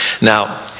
Now